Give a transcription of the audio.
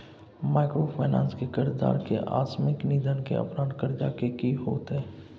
Microfinance के कर्जदार के असामयिक निधन के उपरांत कर्ज के की होतै?